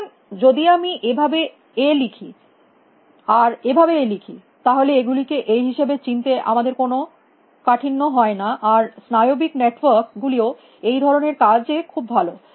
সুতরাং যদি আমি এভাবে A লিখি এভাবে A লিখি আর এভাবে A লিখি তাহলে এগুলিকে A হিসাবে চিনতে আমাদের কোনো কাঠিন্য হয় না আর স্নায়বিক নেটওয়ার্ক গুলিও এই ধরনের কাজে খুব ভালো